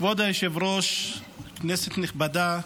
כבוד היושב-ראש, כנסת נכבדה,